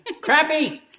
Crappy